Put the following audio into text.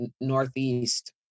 northeast